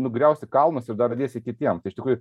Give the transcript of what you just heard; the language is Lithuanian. nugriausi kalnus ir dar įdėsi kitiem tai iš tikrųjų